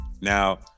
now